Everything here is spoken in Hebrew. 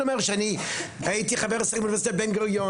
אני פשוט אומר שהייתי חבר סגל באוניברסיטת בן גוריון